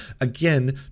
again